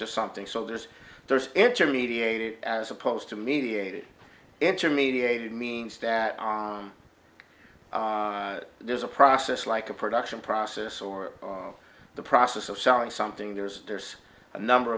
to something so there's there's intermediated as opposed to mediated intermediated means that on there's a process like a production process or on the process of selling something there's there's a number